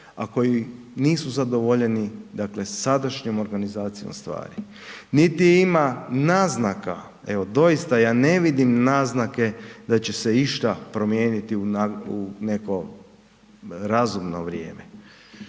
a koji nisu zadovoljeni dakle sadašnjom organizacijom stvari. Niti ima naznaka, evo doista ja ne vidim naznake da će se išta promijeniti u neko razumno vrijeme